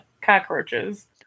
cockroaches